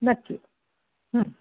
नक्की